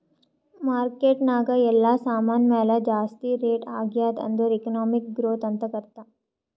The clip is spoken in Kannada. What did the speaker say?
ಮಾರ್ಕೆಟ್ ನಾಗ್ ಎಲ್ಲಾ ಸಾಮಾನ್ ಮ್ಯಾಲ ಜಾಸ್ತಿ ರೇಟ್ ಆಗ್ಯಾದ್ ಅಂದುರ್ ಎಕನಾಮಿಕ್ ಗ್ರೋಥ್ ಅಂತ್ ಅರ್ಥಾ